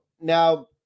Now